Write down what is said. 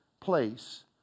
place